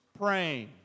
Praying